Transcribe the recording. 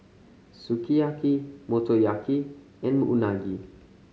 Sukiyaki Motoyaki and Unagi